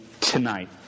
tonight